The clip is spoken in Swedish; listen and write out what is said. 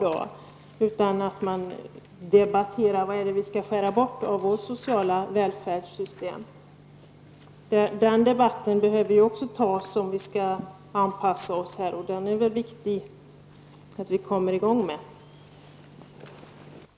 I stället måste vi ju debattera vad som skall skäras bort i det sociala välfärdssystemet. För att vi skall kunna anpassa oss behövs den debatten också. Det är alltså viktigt att vi kommer i gång med den.